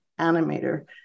animator